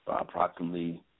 approximately